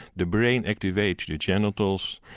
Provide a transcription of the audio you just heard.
the brain activates the genitals,